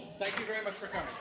thank you very much for coming.